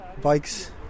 bikes